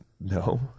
No